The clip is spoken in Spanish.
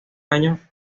año